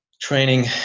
training